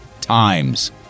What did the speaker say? times